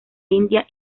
india